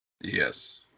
Yes